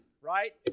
right